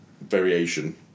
variation